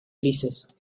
ulises